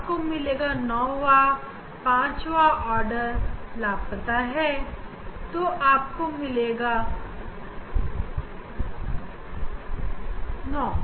आपको मिलेगा 9 पांचवा ऑर्डर लापता है तो आपको मिलेगा 9